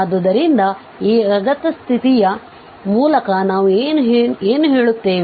ಆದ್ದರಿಂದ ಈ ಅಗತ್ಯ ಸ್ಥಿತಿಯ ಮೂಲಕ ನಾವು ಏನು ಹೇಳುತ್ತೇವೆ